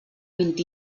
vint